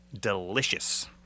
Delicious